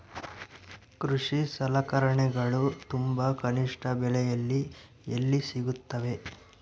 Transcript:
ಕೃಷಿ ಸಲಕರಣಿಗಳು ತುಂಬಾ ಕನಿಷ್ಠ ಬೆಲೆಯಲ್ಲಿ ಎಲ್ಲಿ ಸಿಗುತ್ತವೆ?